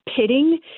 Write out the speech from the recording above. pitting